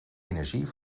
energie